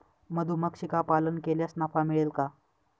मधुमक्षिका पालन केल्यास नफा मिळेल का?